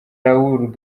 raul